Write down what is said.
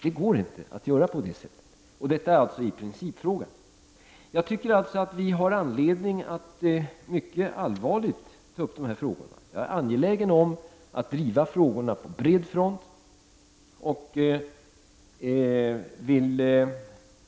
Det går inte att göra på det sättet. Det här är alltså en principfråga. Vi har således anledning att mycket allvarligt diskutera dessa frågor. Jag är angelägen om att driva dem på bred front.